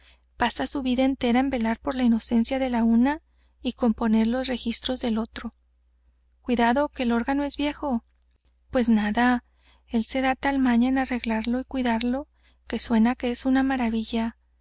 pasa su vida entera en velar por la inocencia de la una y componer los registros del otro cuidado que el órgano es viejo pues nada él se da tal maña en arreglarlo y cuidarlo que suena que es una maravilla